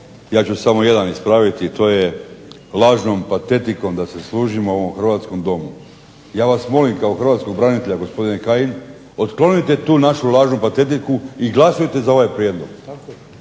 ja ću samo jedan ispraviti, a to je lažnom patetikom da se služimo u ovom hrvatskom Domu. Ja vas molim kao hrvatskog branitelja gospodine Kajin otklonite tu našu lažnu patetiku i glasujte za ovaj prijedlog.